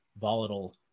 volatile